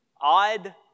odd